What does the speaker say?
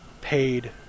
paid